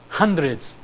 hundreds